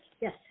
Yes